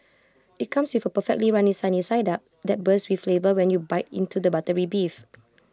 IT comes with A perfectly runny sunny side up that bursts with flavour when you bite into the buttery beef